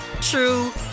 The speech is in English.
true